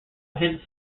hints